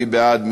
מי בעד?